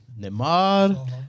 Neymar